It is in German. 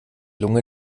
lunge